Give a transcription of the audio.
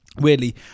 weirdly